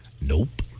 nope